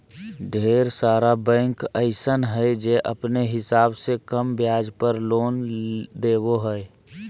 ढेर सारा बैंक अइसन हय जे अपने हिसाब से कम ब्याज दर पर लोन देबो हय